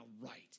right